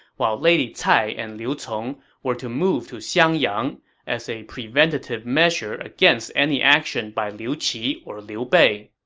while lady cai and liu cong were to move to xiangyang as a preventative measure against any action by liu qi or liu bei.